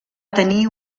tenir